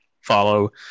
follow